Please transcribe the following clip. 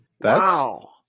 Wow